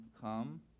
come